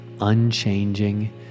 unchanging